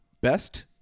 best